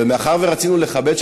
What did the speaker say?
ומאחר שרצינו לכבד,